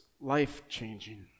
life-changing